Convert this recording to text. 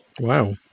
Wow